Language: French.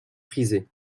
prisé